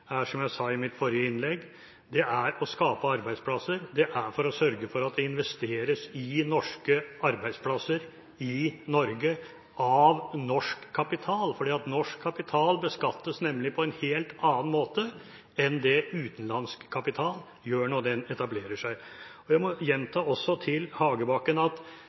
som jeg sa i mitt forrige svar – å skape arbeidsplasser, sørge for at det investeres i arbeidsplasser i Norge med norsk kapital. Norsk kapital beskattes nemlig på en helt annen måte enn utenlandsk kapital når den etablerer seg. Jeg må gjenta også til Hagebakken at